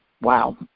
wow